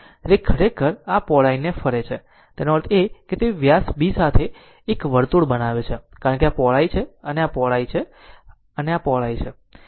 તેથી તે ખરેખર આ પહોળાઈને ફરે છે તેનો અર્થ એ કે તે વ્યાસ B સાથે એક વર્તુળ બનાવે છે કારણ કે આ તે પહોળાઈ છે આ પહોળાઈ છે આ તે પહોળાઈ છે